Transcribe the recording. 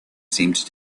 seemed